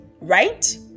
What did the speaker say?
right